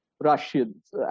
Russians